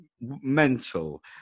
mental